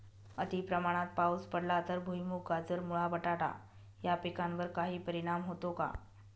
अतिप्रमाणात पाऊस पडला तर भुईमूग, गाजर, मुळा, बटाटा या पिकांवर काही परिणाम होतो का?